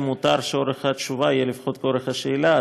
אם מותר שאורך התשובה יהיה לפחות כאורך השאלה,